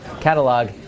catalog